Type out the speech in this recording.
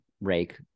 Rake